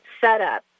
setup